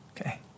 okay